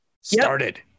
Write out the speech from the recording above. started